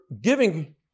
giving